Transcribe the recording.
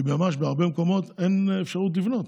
כי בהרבה מקומות אין אפשרות לבנות.